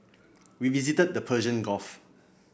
we visited the Persian Gulf